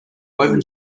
woven